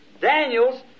Daniel's